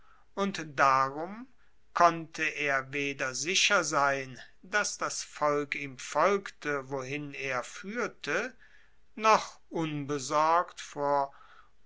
und darum konnte er weder sicher sein dass das volk ihm folgte wohin er fuehrte noch unbesorgt vor